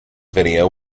video